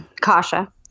Kasha